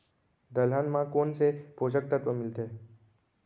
दलहन म कोन से पोसक तत्व मिलथे?